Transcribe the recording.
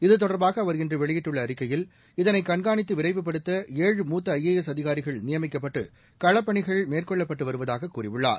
இது தொடர்பாக அவர் இன்று வௌயிட்டுள்ள அறிக்கையில் இதனை கண்காணித்து விரைவுபடுத்த ஏழு மூத்த ஐ ஏ எஸ் அதிகாரிகள் நியமிக்கப்பட்டு களப்பணிகள் மேற்கொள்ளப்பட்டு வருவதாகக் கூறியுள்ளார்